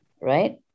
Right